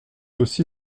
aussi